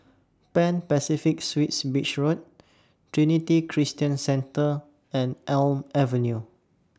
Pan Pacific Suites Beach Road Trinity Christian Centre and Elm Avenue